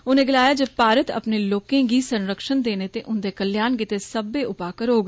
उनें गलाया जे भारत अपने लोके गी संरक्षण देने ते उन्दे कल्याण गितै सब्बै उपा करौग